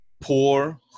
Poor